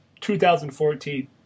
2014